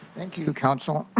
thank you, councilmember.